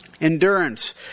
Endurance